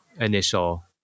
initial